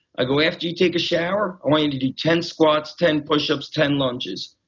ah go, after you take a shower, i want you to do ten squats, ten push up, ten lounges.